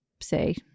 say